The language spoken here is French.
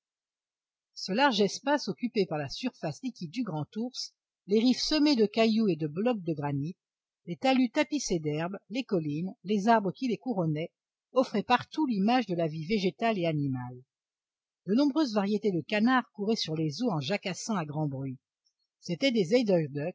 ce large espace occupé par la surface liquide du grand ours les rives semées de cailloux et de blocs de granit les talus tapissés d'herbes les collines les arbres qui les couronnaient offraient partout l'image de la vie végétale et animale de nombreuses variétés de canards couraient sur les eaux en jacassant à grand bruit c'étaient des